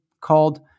called